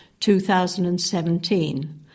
2017